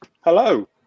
hello